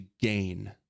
gain